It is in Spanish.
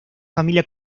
familia